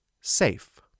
Safe